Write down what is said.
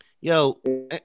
Yo